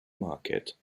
market